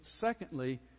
secondly